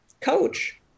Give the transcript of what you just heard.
coach